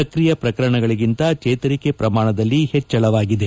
ಸಕ್ರಿಯ ಪ್ರಕರಣಗಳಿಗಿಂತ ಚೇತರಿಕೆ ಪ್ರಮಾಣದಲ್ಲಿ ಹೆಚ್ಚಳವಾಗಿದೆ